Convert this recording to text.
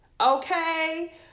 okay